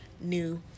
new